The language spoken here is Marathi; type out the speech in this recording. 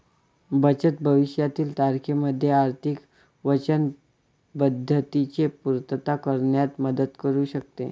बचत भविष्यातील तारखेमध्ये आर्थिक वचनबद्धतेची पूर्तता करण्यात मदत करू शकते